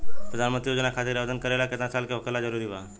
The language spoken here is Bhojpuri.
प्रधानमंत्री योजना खातिर आवेदन करे ला केतना साल क होखल जरूरी बा?